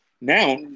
Now